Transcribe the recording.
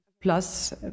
plus